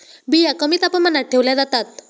बिया कमी तापमानात ठेवल्या जातात